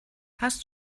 hast